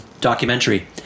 documentary